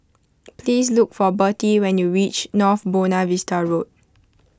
please look for Bertie when you reach North Buona Vista Road